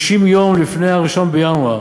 60 יום לפני 1 בינואר